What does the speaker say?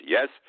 Yes